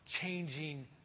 changing